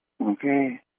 okay